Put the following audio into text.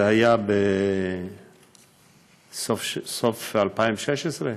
זה היה בסוף 2016,